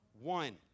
One